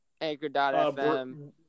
Anchor.fm